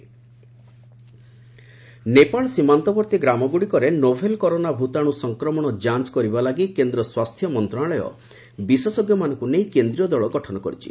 corona health team Nepal ସୀମାନ୍ତବର୍ତ୍ତୀ ଗ୍ରାମଗୁଡ଼ିକରେ novel corona ଭୂତାଣୁ ସଂକ୍ମଣ ଯାଞ୍ଚ କରିବା ଲାଗି କେନ୍ଦ୍ ସ୍ୱାସ୍ଥ୍ୟ ମନ୍ତ୍ରଣାଳୟ ବିଶେଷଜ୍ଞମାନଙ୍କୁ ନେଇ କେନ୍ଦ୍ରୀୟ ଦଳ ଗଠନ କରିଛି